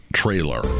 trailer